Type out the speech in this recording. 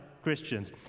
Christians